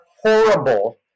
horrible